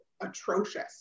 atrocious